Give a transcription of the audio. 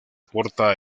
porta